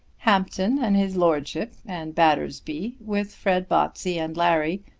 hampton and his lordship, and battersby, with fred botsey and larry,